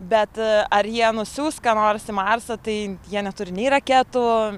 bet ar jie nusiųs ką nors į marsą tai jie neturi nei raketų